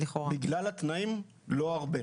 בגלל התנאים לא הרבה.